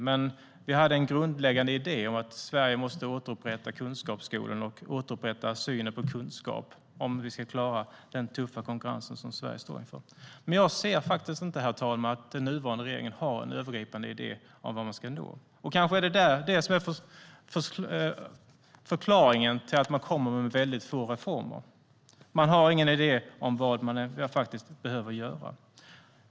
Men vi hade en grundläggande idé om att Sverige måste återupprätta kunskapsskolan och återupprätta synen på kunskap för att klara den tuffa konkurrens som Sverige står inför. Herr talman! Jag ser inte att den nuvarande regeringen har en övergripande idé om vad man ska nå. Det är kanske förklaringen till att man kommer med så få reformer. Man har ingen idé om vad man behöver göra.